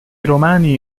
romani